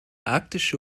arktische